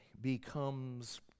becomes